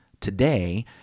today